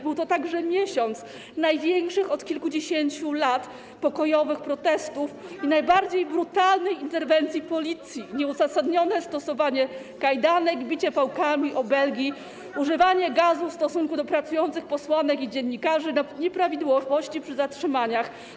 Był to także miesiąc największych od kilkudziesięciu lat, pokojowych protestów i najbardziej brutalnej interwencji Policji, chodzi o nieuzasadnione stosowanie kajdanek, bicie pałkami, obelgi, używanie gazu w stosunku do pracujących posłanek i dziennikarzy, nieprawidłowości przy zatrzymaniach.